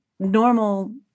Normal